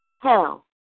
Hell